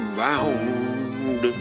round